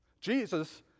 Jesus